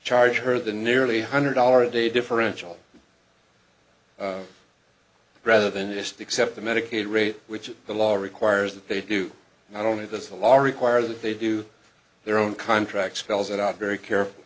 charged her the nearly a hundred dollar a day differential rather than just accept the medicaid rate which the law requires that they do not only does the law require that they do their own contract spells it out very careful